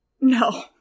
No